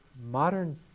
modern